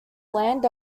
land